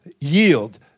yield